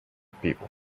people